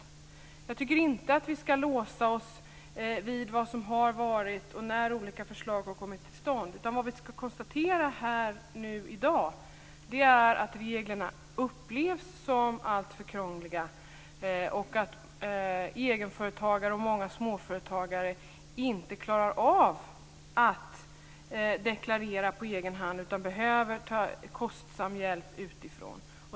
Jag tycker inte att vi skall låsa oss vid vad som har varit och när olika förslag har kommit till stånd. Det vi kan konstatera här i dag är att reglerna upplevs som alltför krångliga. Egenföretagare och många småföretagare klarar inte av att deklarera på egen hand, utan de behöver ta kostsam hjälp utifrån.